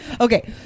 Okay